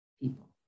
people